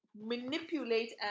manipulate